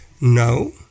No